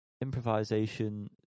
improvisation